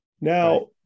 Now